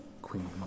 Queen